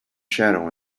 shadow